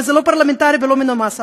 וזה לא פרלמנטרי ולא מנומס,